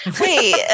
wait